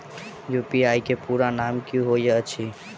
UPI केँ पूरा नाम की होइत अछि?